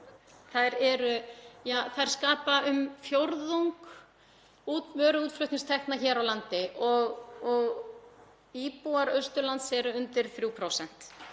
áðan skapa um fjórðung vöruútflutningstekna hér á landi og íbúar Austurlands eru undir 3%.